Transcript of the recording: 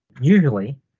usually –